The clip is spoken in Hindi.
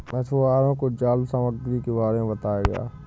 मछुवारों को जाल सामग्री के बारे में बताया गया